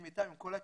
עם כל הקהילות,